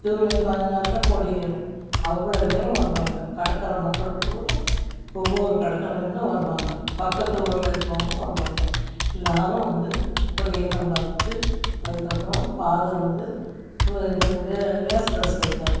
ஜூலை பதினாறில் கொடி ஏறும் அவ்வளோ பேரும் வருவாங்க கடற்கரை மக்கள் பூரா ஒவ்வொரு கடற்கரையில் இருந்தும் வருவாங்க பக்கத்து ஊரில் இருக்கறவங்களும் வருவாங்க எல்லோரும் வந்து கொடி ஏற்றம் பார்த்துட்டு அதுக்கு அப்புறம் பாதர் வந்து இது வைப்பார்